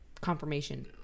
confirmation